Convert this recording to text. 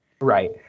right